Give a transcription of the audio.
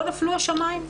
לא נפלו השמיים.